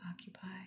occupy